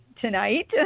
tonight